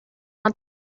want